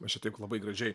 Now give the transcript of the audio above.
mes čia taip labai gražiai